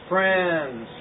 Friends